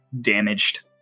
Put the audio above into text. damaged